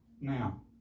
Now